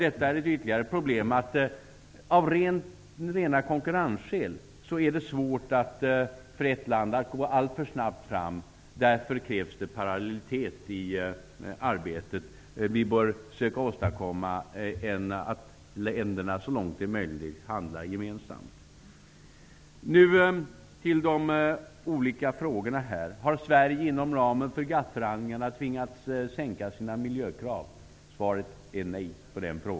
Ett ytterligare problem är att det av rena konkurrensskäl är svårt för ett land att gå alltför snabbt fram. Därför krävs det parallellitet i arbetet. Länderna bör så långt det är möjligt handla gemensamt. Jag skall gå över till de frågor som ställdes. Margareta Winberg frågade om jag inom ramen för GATT-förhandlingarna har tvingats sänka våra miljökrav. Svaret är nej.